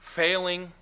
failing